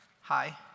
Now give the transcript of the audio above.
Hi